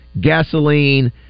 gasoline